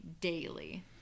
daily